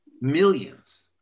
Millions